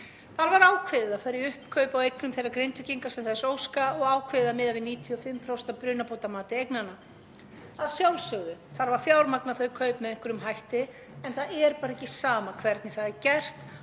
Þar var ákveðið að fara í uppkaup á eignum þeirra Grindvíkinga sem þess óska og ákveðið að miða við 95% af brunabótamati eignanna. Að sjálfsögðu þarf að fjármagna þau kaup með einhverjum hætti en það er bara ekki sama hvernig það er gert